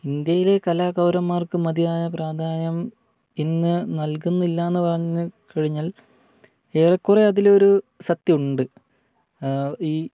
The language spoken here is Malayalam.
ഇന്ത്യയിലെ കലാകാരന്മാർക്ക് മതിയായ പ്രാധാന്യം ഇന്ന് നൽകുന്നില്ലെന്ന് പറഞ്ഞുകഴിഞ്ഞാൽ ഏറെക്കുറെ അതിലൊരു സത്യമുണ്ട് ഈ